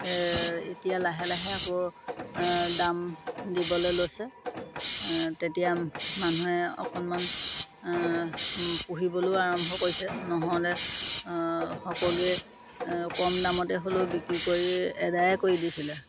এতিয়া লাহে লাহে আকৌ দাম দিবলৈ লৈছে তেতিয়া মানুহে অকণমান পুহিবলৈও আৰম্ভ কৰিছে নহ'লে সকলোৱে কম দামতে হ'লেও বিক্ৰী কৰি আদায়ে কৰি দিছিলে